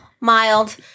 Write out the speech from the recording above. mild